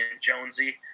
Jonesy